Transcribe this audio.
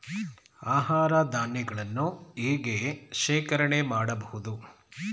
ಆಹಾರ ಧಾನ್ಯಗಳನ್ನು ಹೇಗೆ ಶೇಖರಣೆ ಮಾಡಬಹುದು?